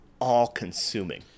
all-consuming